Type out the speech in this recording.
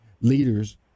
leaders